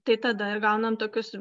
tai tada gaunam tokius